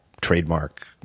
trademark